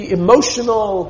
emotional